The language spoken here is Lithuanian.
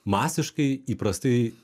masiškai įprastai